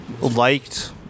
liked